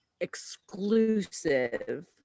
Exclusive